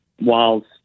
whilst